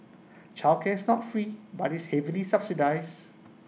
childcare is not free but is heavily subsidised